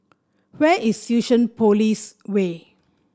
where is Fusionopolis Way